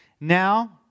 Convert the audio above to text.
Now